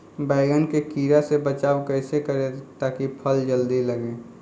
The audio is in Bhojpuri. बैंगन के कीड़ा से बचाव कैसे करे ता की फल जल्दी लगे?